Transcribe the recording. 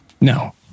No